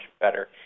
better